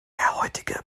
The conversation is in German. heutige